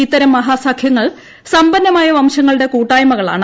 ഇത്തരം മഹാസഖ്യങ്ങൾ സമ്പന്നമായ വംശങ്ങളുടെ കൂട്ടായ്മകളാണ്